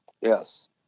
yes